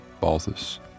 Balthus